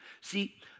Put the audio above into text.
See